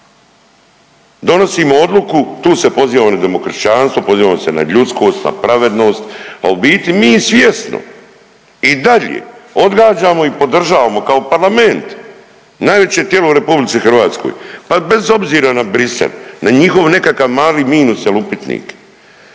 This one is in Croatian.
donosimo odluku, tu se pozivamo na demokršćanstvo, pozivamo se na ljudskost, na pravednost, a u biti mi svjesno i dalje odgađamo i podržavamo kao parlament najveće tijelo u RH, pa bez obzira na Bruxelles na njihov nekakav mali minus ili upitnik,